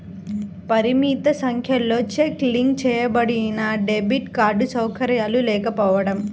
పరిమిత సంఖ్యలో check link చేయబడినడెబిట్ కార్డ్ సౌకర్యాలు లేకపోవడం